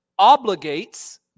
obligates